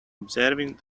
observing